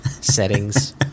settings